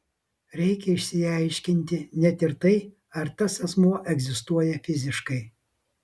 reikia išsiaiškinti net ir tai ar tas asmuo egzistuoja fiziškai